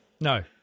No